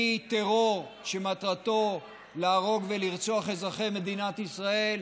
מטרור שמטרתו להרוג ולרצוח אזרחי מדינת ישראל,